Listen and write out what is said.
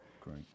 Great